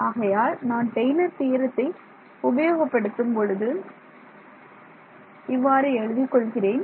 ஆகையால் நான் டெய்லர் தியரத்தை Taylor's theorem உபயோகப்படுத்தும் பொழுது இவ்வாறு எழுதிக் கொள்கிறேன்